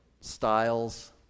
styles